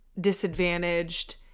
disadvantaged